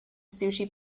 sushi